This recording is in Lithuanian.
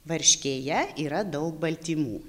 varškėje yra daug baltymų